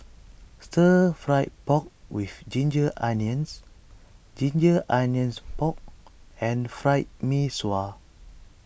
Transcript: Stir Fry Pork with Ginger Onions Ginger Onions Pork and Fried Mee Sua